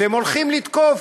שהם הולכים לתקוף.